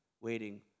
waiting